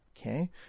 okay